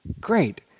Great